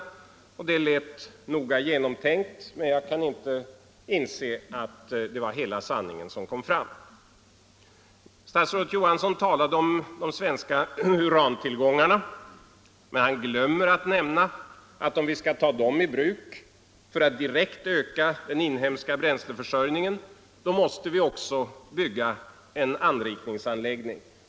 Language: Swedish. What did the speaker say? Det lät noga genomtänkt, men jag kan inte inse att det var hela sanningen som kom fram. Industriministern talade om de svenska urantillgångarna, men han glömmer att nämna att om vi skall ta dem i bruk för att direkt öka den inhemska bränsleförsörjningen, måste vi också bygga en anrikningsanläggning.